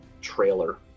trailer